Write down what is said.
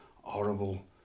horrible